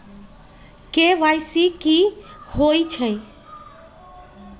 KYC कि होई छई?